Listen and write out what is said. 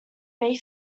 may